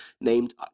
named